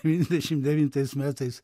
trisdešimt devintais metais